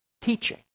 teaching